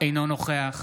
אינו נוכח